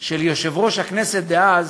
על יושב-ראש הכנסת דאז,